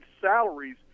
salaries